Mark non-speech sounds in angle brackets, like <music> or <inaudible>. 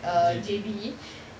J_B <noise>